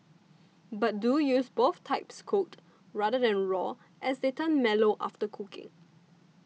but do use both types cooked rather than raw as they turn mellow after cooking